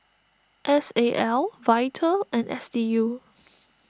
S A L Vital and S D U